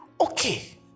okay